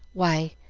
why,